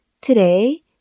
Today